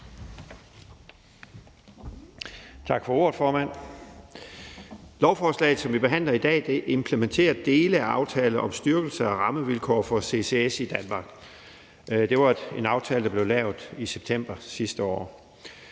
Tak for ordet, formand. Lovforslaget, som vi behandler i dag, implementerer dele af aftalen om styrkelse af rammevilkår for ccs i Danmark. Det var en aftale, der blev lavet i september sidste år.